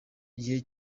gihe